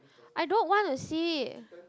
I don't want to see